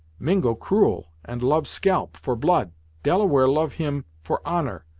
mingo cruel, and love scalp, for blood delaware love him, for honor.